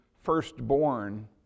firstborn